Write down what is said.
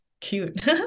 cute